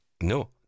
no